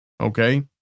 Okay